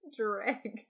Drag